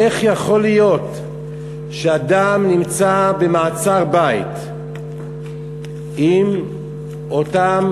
איך יכול להיות שאדם נמצא במעצר-בית עם אותן